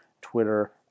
Twitter